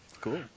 Cool